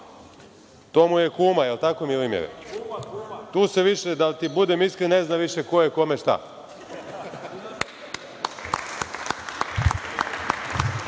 mu je kuma, je li tako, Milimire? Tu se više, da budem iskren, ne zna ko je kome šta.